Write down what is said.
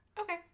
Okay